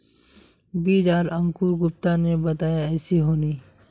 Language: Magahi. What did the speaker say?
बीज आर अंकूर गुप्ता ने बताया ऐसी होनी?